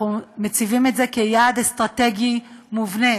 אנחנו מצביעים על זה כיעד אסטרטגי מובנה